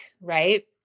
right